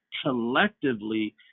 collectively